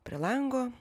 prie lango